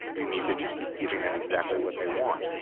you need to just be giving them exactly what they want.